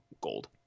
gold